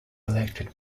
elected